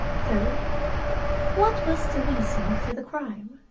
third what was the reason for the crime?